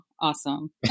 Awesome